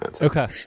Okay